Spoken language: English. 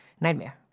nightmare